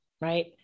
right